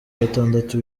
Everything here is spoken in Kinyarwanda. gatandatu